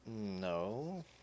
No